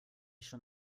schon